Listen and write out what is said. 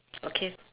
okay